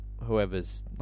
whoever's